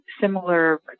similar